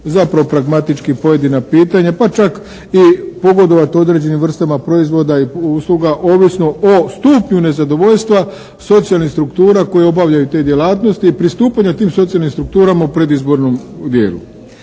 zapravo pragmatički pojedina pitanja, pa čak i pogodovati određenim vrstama proizvoda i usluga ovisno o stupnju nezadovoljstva socijalnih struktura koje obavljaju te djelatnosti i pristupanja tim socijalnim strukturama u predizbornom dijelu.